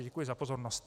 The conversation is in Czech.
Děkuji za pozornost.